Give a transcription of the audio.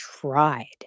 tried